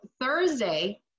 Thursday